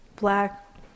black